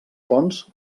fonts